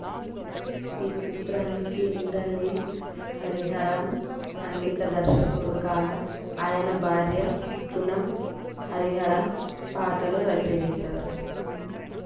ఈ చిత్రానికి ఇంద్రనీల్ హరిహరన్ సంగీత దర్శకుడు కాగా ఆయన భార్య పునమ్ హరిహరన్ పాటలు రచించారు